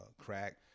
crack